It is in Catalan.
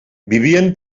vivien